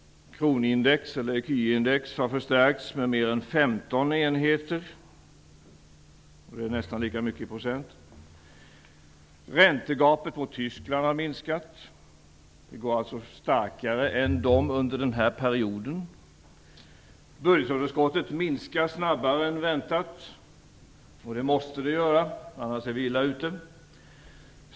Kronindex har förstärkts med mer än 15 procentenheter. Det är nästan lika många procent. Räntegapet mot Tyskland har minskat. Vi har alltså varit starkare än Tyskland under den här perioden. Budgetunderskottet minskar snabbare än väntat. Det måste det göra, för annars är vi illa ute.